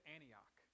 Antioch